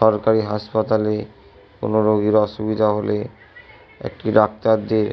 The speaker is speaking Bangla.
সরকারি হাসপাতালে কোনো রোগির অসুবিধা হলে একটি ডাক্তারদের